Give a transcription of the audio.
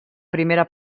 primera